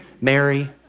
Mary